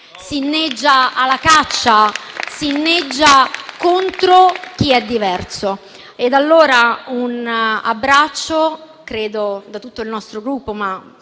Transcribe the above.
si inneggia alla caccia, si inneggia contro chi è diverso. Invio un abbraccio, da tutto il nostro Gruppo, ma